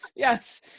Yes